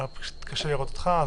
ופשוט קשה לראות אותך.